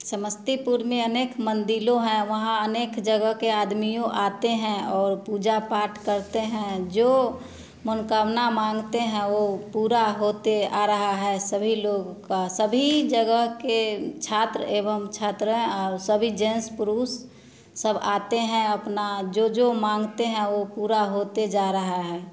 समस्तीपुर में अनेक मंदिरों हैं वहाँ अनेक जगह के आदमियों आते हैं और पूजा पाठ करते हैं जो मनोकामना मांगते हैं वो पूरा होते आ रहा है सभी लोग का सभी जगह के छात्र एवं छात्राएँ और सभी जेंस पुरुष सब आते हैं अपना जो जो मांगते हैं वो पूरा होते जा रहा है